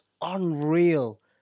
unreal